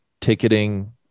ticketing